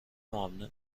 ممنوع